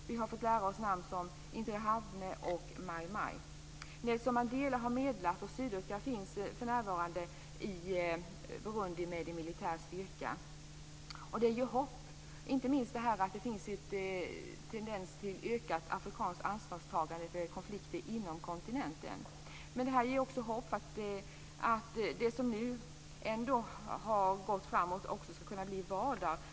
Vi har fått lära oss namn som Nelson Mandela har medlat, och Sydafrika finns närvarande i Burundi med en militär styrka. Och det ger hopp, inte minst med tanke på att det finns en tendens till afrikanskt ansvarstagande för konflikter inom kontinenten, och det finns hopp om att det som nu sker också ska bli en vardag.